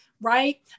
Right